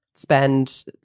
spend